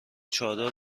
چادر